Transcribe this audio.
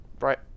Right